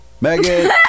Megan